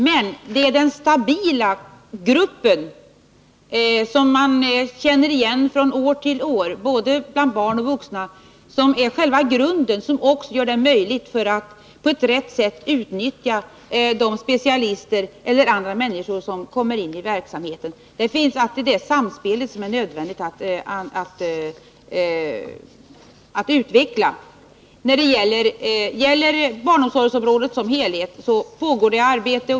Men det är den stabila gruppen, som både barn och vuxna känner igen från år till år, som är själva grunden och som gör det möjligt att på rätt sätt utnyttja specialister och andra som kommer in i verksamheten. Det är nödvändigt att utveckla detta samspel. När det gäller barnomsorgsområdet som helhet pågår arbete.